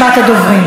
מוותרת,